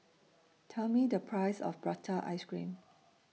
Tell Me The Price of Prata Ice Cream